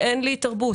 אין לה תרבות,